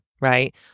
Right